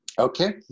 Okay